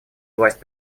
власть